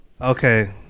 Okay